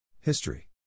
History